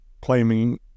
claiming